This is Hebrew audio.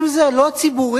אם זה לא ציבורי,